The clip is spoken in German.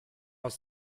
aus